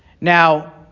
Now